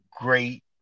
great